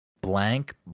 blank